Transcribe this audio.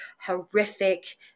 horrific